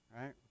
right